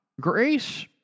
Grace